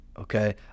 okay